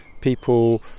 people